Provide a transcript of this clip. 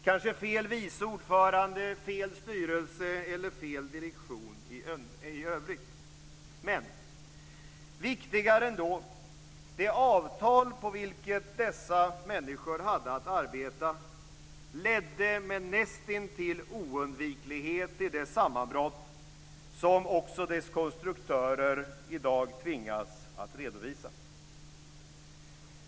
Kanske var det fel vice ordförande, fel styrelse eller fel direktion i övrigt. Men viktigare ändå är att det avtal som dessa människor hade att arbeta utifrån med näst intill oundviklighet ledde till det sammanbrott som dess konstruktörer i dag också tvingas redovisa.